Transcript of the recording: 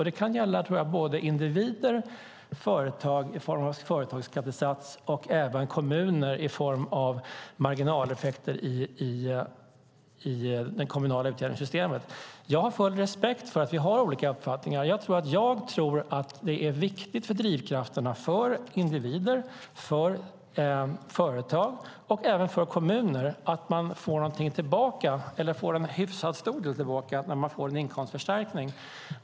Det kan gälla både individer och företag i form av företagsskattesats och även kommuner i form av marginaleffekter i det kommunala utjämningssystemet. Jag har full respekt för att vi har olika uppfattningar. Jag tror att det är viktigt för drivkrafterna för individer, företag och även kommuner att man får någonting tillbaka, eller får en hyfsad stor del tillbaka, när man får en inkomstförstärkning.